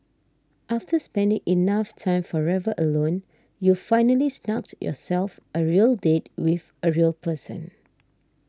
after spending enough time forever alone you've finally snugged yourself a real date with a real person